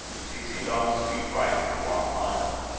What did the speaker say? she seemed almost too frightened to walk behind them.